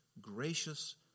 gracious